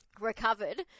recovered